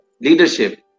leadership